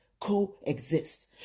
Coexist